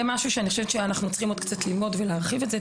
אני חושבת שזה משהו שאנחנו צריכים עוד קצת ללמוד ולהרחיב את זה.